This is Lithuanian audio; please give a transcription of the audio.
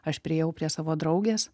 aš priėjau prie savo draugės